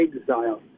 exile